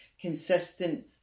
consistent